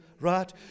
Right